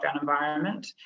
environment